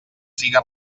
siga